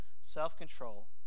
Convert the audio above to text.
self-control